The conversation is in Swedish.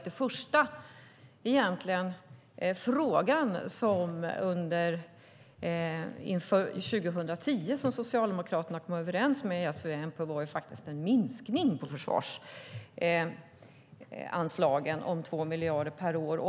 Den första fråga Socialdemokraterna kom överens med V och MP om inför 2010 var faktiskt en minskning på försvarsanslagen om 2 miljarder per år.